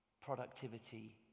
productivity